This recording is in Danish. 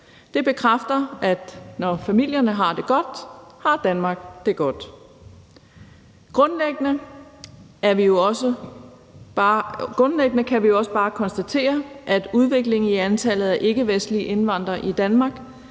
Det bekræfter, at når familierne har det godt, har Danmark det godt. Grundlæggende kan vi jo også bare konstatere, at udviklingen i antallet af ikkevestlige indvandrere i Danmark